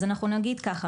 אז אנחנו נגיד ככה,